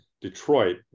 Detroit